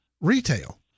retail